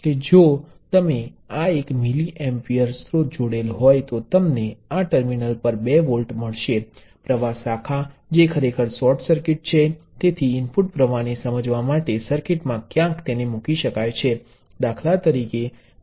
તેથી ચાલો આપણે કહીએ કે તમારી પાસે પ્ર્વાહ નિયંત્રિત પ્ર્વાહ સ્રોત છે જેને 5 ગણા ઇનપુટ પ્રવાહ તરીકે વ્યાખ્યાયિત કરવામાં આવે છે અને તેને 1 મિલી એમ્પિયર મેળવવામાં આવે છે હું આને કેટલાક ઈચ્છાધીન સર્કિટ સાથે જોડું છું જેના કારણે અહીં 5 મિલી એમ્પિયરનો પ્રવાહ વહે છે જેથી પ્ર્વાહ નિયંત્રિત પ્રવાહ સ્ત્રોત થાય છે